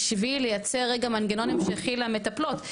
בשביל לייצר רגע מנגנון המשכי למטפלות,